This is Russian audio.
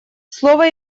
слово